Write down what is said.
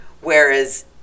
whereas